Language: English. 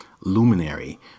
Luminary